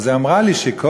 והיא אמרה לי שכל